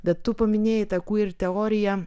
bet tu paminėjai takų ir teoriją